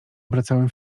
obracałem